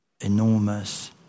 enormous